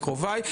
לקרוביי,